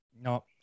No